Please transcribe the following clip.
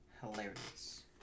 Hilarious